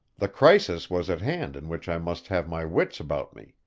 the crisis was at hand in which i must have my wits about me,